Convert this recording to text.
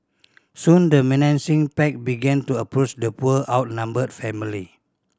soon the menacing pack began to approach the poor outnumbered family